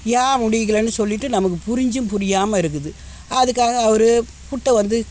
ஏன் முடிக்கலன்னு சொல்லிட்டு நமக்கு புரிஞ்சும் புரியாமல் இருக்குது அதுக்காக அவர் புட்டை வந்து